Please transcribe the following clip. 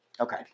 Okay